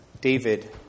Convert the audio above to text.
David